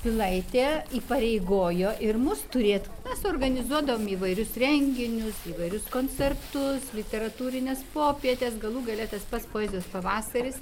pilaitė įpareigojo ir mus turėt mes organizuodavom įvairius renginius įvairius koncertus literatūrines popietes galų gale tas pats poezijos pavasaris